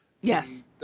Yes